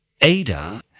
ADA